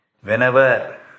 whenever